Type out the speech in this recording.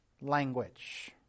language